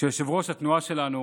שיושב-ראש התנועה שלנו